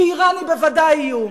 ואירן בוודאי היא איום,